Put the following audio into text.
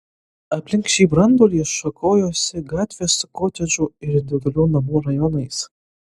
aplink šį branduolį šakojosi gatvės su kotedžų ir individualių namų rajonais